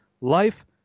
Life